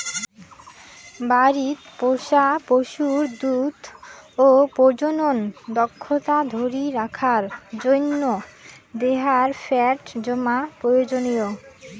বাড়িত পোষা পশুর দুধ ও প্রজনন দক্ষতা ধরি রাখার জইন্যে দেহার ফ্যাট জমা প্রয়োজনীয়